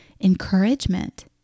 encouragement